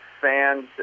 fans